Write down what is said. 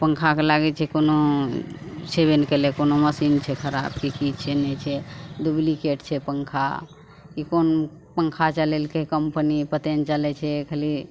पन्खाके लागै छै कोनो छेबै नहि कएलै कोनो मशीन छै खराब कि कि छै नहि छै डुप्लिकेट छै पन्खा ई कोन पन्खा चलेलकै कम्पनी पते नहि चलै छै खाली